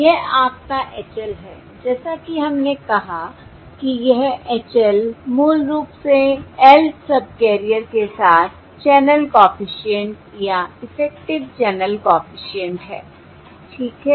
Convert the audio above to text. यह आपका H l है जैसा कि हमने कहा कि यह H l मूल रूप से lth सबकैरियर के साथ चैनल कॉफिशिएंट या इफेक्टिव चैनल कॉफिशिएंट है ठीक है